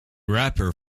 rapper